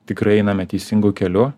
tikrai einame teisingu keliu